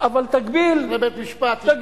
בבית-משפט, אם עושים חוכמות, לך לבית-משפט.